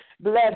Bless